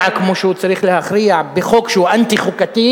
כמו שהוא צריך להכריע בחוק שהוא אנטי-חוקתי,